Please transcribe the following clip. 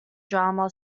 drama